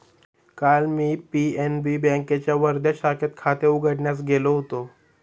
काल मी पी.एन.बी बँकेच्या वर्धा शाखेत खाते उघडण्यास गेलो होतो